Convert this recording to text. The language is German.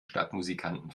stadtmusikanten